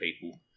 people